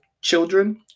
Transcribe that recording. children